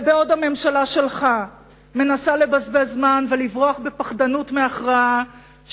ובעוד הממשלה שלך מנסה לבזבז זמן ולברוח בפחדנות מהכרעה,